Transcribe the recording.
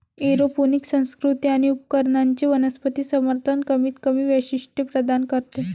aeroponic संस्कृती आणि उपकरणांचे वनस्पती समर्थन कमीतकमी वैशिष्ट्ये प्रदान करते